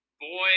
Boy